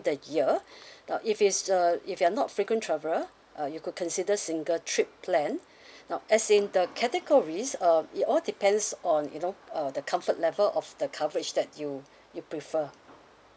the year but if it's a if you're not frequent traveler uh you could consider single trip plan now as in the categories um it all depends on you know uh the comfort level of the coverage that you you prefer